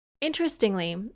Interestingly